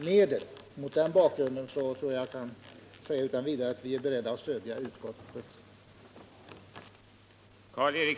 Men mot den bakgrunden tror jag att jag nu utan vidare kan säga att vi är beredda att stödja utskottets hemställan.